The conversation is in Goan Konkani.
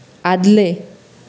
आदलें